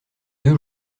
deux